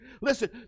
Listen